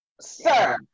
sir